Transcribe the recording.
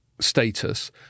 Status